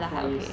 so it is